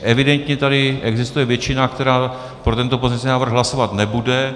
Evidentně tady existuje většina, která pro tento pozměňovací návrh hlasovat nebude.